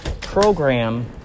program